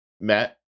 Matt